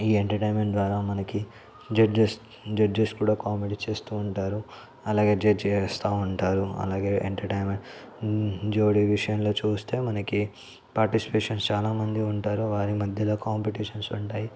ఈ ఎంటర్టైన్మెంట్ ద్వారా మనకి జడ్జెస్ జడ్జెస్ కూడా కామెడీ చేస్తూ ఉంటారు అలాగే జడ్జ్ చేస్తూ ఉంటారు అలాగే ఎంటర్టైన్మెంట్ జోడి విషయంలో చూస్తే మనకి పార్టిసిపేషన్ చాలా మంది ఉంటారు వారి మధ్యలో కాంపిటీషన్స్ ఉంటాయి